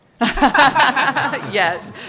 Yes